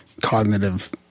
cognitive